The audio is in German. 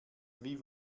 wie